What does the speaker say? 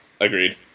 agreed